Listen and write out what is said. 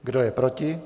Kdo je proti?